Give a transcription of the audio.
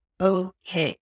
okay